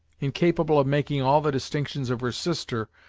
incapable of making all the distinctions of her sister,